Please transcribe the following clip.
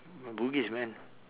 bugis man